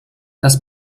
dass